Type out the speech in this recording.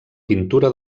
pintura